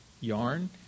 yarn